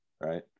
right